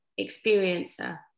experiencer